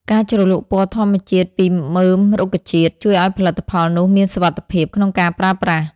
ការជ្រលក់ពណ៌ធម្មជាតិពីមើមរុក្ខជាតិ ជួយឱ្យផលិតផលនោះមានសុវត្ថិភាពក្នុងការប្រើប្រាស់។